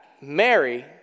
Mary